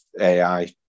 AI